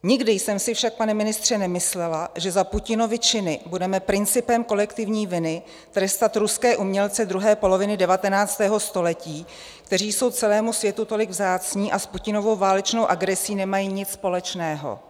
Nikdy jsem si však, pane ministře, nemyslela, že za Putinovy činy budeme principem kolektivní viny trestat ruské umělce druhé poloviny 19. století, kteří jsou celému světu tolik vzácní a s Putinovou válečnou agresí nemají nic společného.